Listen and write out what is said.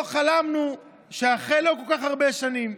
לא חלמנו שאחרי לא כל כך הרבה שנים,